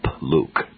Luke